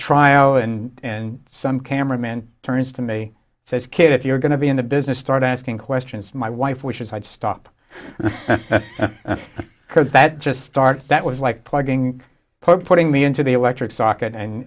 trial and some cameraman turns to me says kid if you're going to be in the business start asking questions my wife wishes i'd stop because that just start that was like plugging putting me into the electric socket and